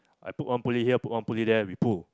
I put one pulley here put one pulley there we pull